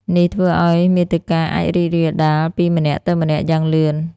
នេះធ្វើឲ្យមាតិកាអាចរីករាលដាលពីម្នាក់ទៅម្នាក់យ៉ាងលឿន។